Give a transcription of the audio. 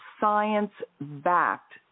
science-backed